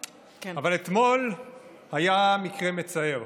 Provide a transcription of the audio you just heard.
אבל אתמול היה מקרה מצער.